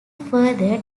further